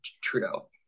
Trudeau